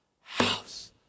house